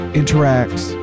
interacts